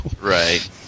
right